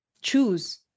Choose